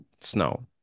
snow